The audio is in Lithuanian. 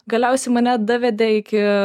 galiausiai mane davedė iki